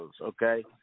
okay